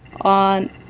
on